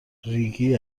ریگی